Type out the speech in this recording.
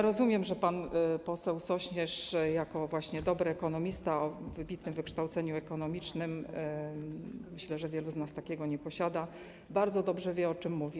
Rozumiem, że pan poseł Sośnierz jako dobry ekonomista o wybitnym wykształceniu ekonomicznym - myślę że wielu z nas takiego nie posiada - bardzo dobrze wie, o czym mówi.